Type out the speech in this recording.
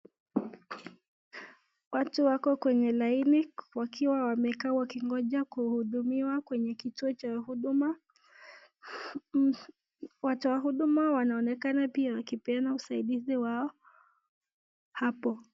Watu wako kwenye laini wakiwa wamekaa wakingoja kuhudumiwa kwenye kituo cha huduma. Watu wa huduma wanaonekana pia wakipeana usaidizi wao hapo.